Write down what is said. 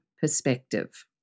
perspective